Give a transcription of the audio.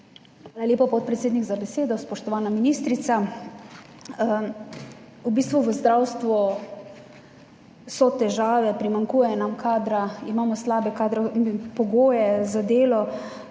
lepa, podpredsednik, za besedo. Spoštovana ministrica! V zdravstvu so težave, primanjkuje nam kadra, imamo slabe pogoje za delo.